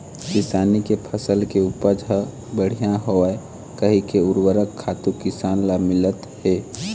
किसानी के फसल के उपज ह बड़िहा होवय कहिके उरवरक खातू किसान ल मिलत हे